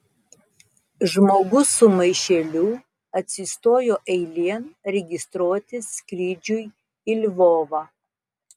žmogus su maišeliu atsistojo eilėn registruotis skrydžiui į lvovą